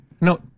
no